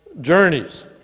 journeys